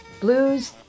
blues